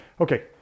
Okay